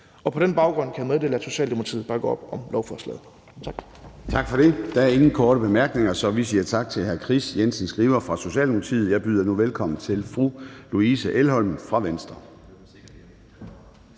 På den baggrund kan jeg meddele, at Socialdemokratiet bakker op om lovforslaget. Kl. 11:18 Formanden (Søren Gade): Tak for det. Der er ingen korte bemærkninger, så vi siger tak til hr. Kris Jensen Skriver fra Socialdemokratiet. Jeg byder nu velkommen til fru Louise Elholm fra Venstre.